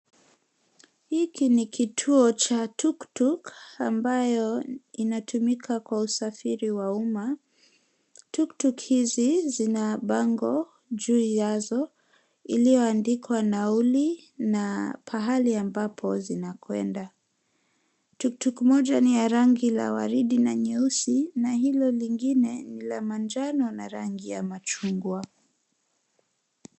Hiki ni kituo cha tuktuk ambayo inatumika kwa usafiri wa umma. Tuktuk hizi zina bango juu yazo iliyoandikwa nauli na pahali ambapo zinakwenda. Tuktuk moja ni ya rangi la waridi na nyeusi na hilo lingine ni la manjano na rangi ya machungwa.